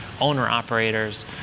owner-operators